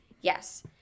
yes